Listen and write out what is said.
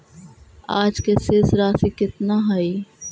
आज के शेष राशि केतना हई?